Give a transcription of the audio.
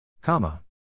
Comma